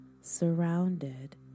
surrounded